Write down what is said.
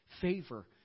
favor